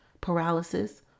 paralysis